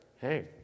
Hey